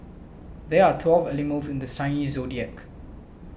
there are twelve animals in this Chinese zodiac